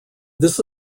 this